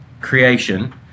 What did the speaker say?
creation